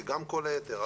גם כל היתר.